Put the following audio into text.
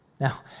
Now